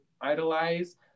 idolize